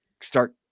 start